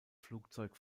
flugzeug